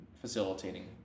facilitating